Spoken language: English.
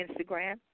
Instagram